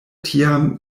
tiam